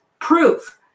proof